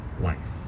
life